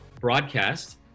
broadcast